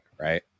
right